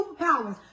superpowers